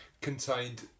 contained